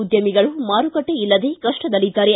ಉದ್ಯಮಿಗಳು ಮಾರುಕಟ್ಟೆ ಇಲ್ಲದೆ ಕಷ್ಟದಲ್ಲಿದ್ದಾರೆ